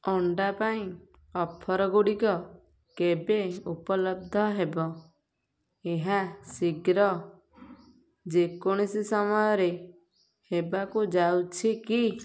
ଅଣ୍ଡା ପାଇଁ ଅଫର୍ ଗୁଡ଼ିକ କେବେ ଉପଲବ୍ଧ ହେବ ଏହା ଶୀଘ୍ର ଯେକୌଣସି ସମୟରେ ହେବାକୁ ଯାଉଛି କି